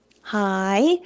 Hi